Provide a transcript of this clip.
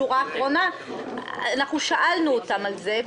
את תראי ששאלנו אותם על זה.